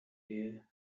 wäre